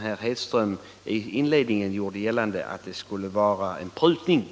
Herr Hedström gjorde gällande i inledningen att det skulle vara fråga om en nettoprutning,